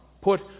put